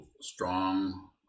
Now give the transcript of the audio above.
strong